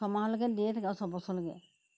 ছমাহলৈকে দিয়ে থাকে আৰু ছয় বছৰলৈকে